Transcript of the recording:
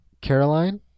Caroline